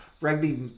rugby